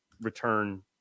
return